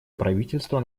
правительства